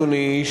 אדוני,